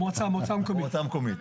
מועצה מקומית.